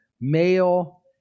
male